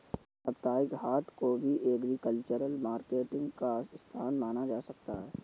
साप्ताहिक हाट को भी एग्रीकल्चरल मार्केटिंग का स्थान माना जा सकता है